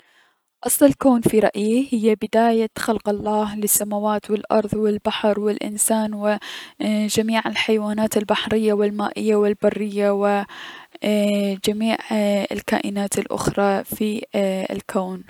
اصل الكون في رأيي هي بداية خلق الله لسماوات و الأرض و البحر و الأنسان و جميع الحيوانات البحرية و المائية و البرية و جميع اي- الكائنات الأخرى في الكون.